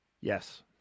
Yes